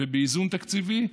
באיזון תקציבי,